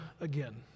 again